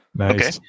Okay